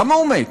למה הוא מת?